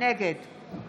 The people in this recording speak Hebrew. נגד